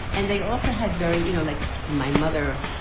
and they also had very, you know, like my mother,